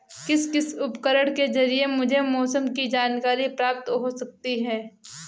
किस किस उपकरण के ज़रिए मुझे मौसम की जानकारी प्राप्त हो सकती है?